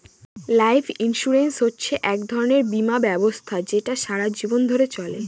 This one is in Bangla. লাইফ ইন্সুরেন্স হচ্ছে এক ধরনের বীমা ব্যবস্থা যেটা সারা জীবন ধরে চলে